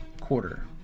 quarter